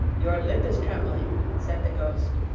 your lip is trembling, said the ghost.